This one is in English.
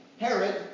Herod